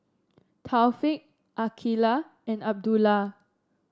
Taufik Aqilah and Abdullah